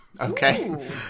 okay